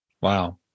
Wow